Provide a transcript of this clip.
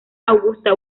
augusta